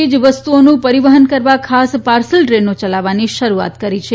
ચીજ વસ્તુઓનુ પરીવહન કરવા ખાસ પાર્સલ ટ્રેનો ચલાવવાની શરૂઆત કરી છે